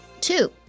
Two